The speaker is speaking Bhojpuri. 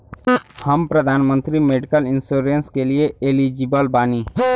हम प्रधानमंत्री मेडिकल इंश्योरेंस के लिए एलिजिबल बानी?